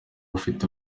afite